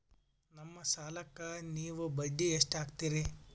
ನಮ್ಮ ಸಾಲಕ್ಕ ನೀವು ಬಡ್ಡಿ ಎಷ್ಟು ಹಾಕ್ತಿರಿ?